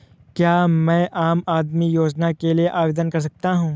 क्या मैं आम आदमी योजना के लिए आवेदन कर सकता हूँ?